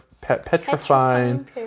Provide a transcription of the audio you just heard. petrifying